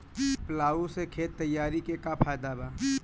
Plough से खेत तैयारी के का फायदा बा?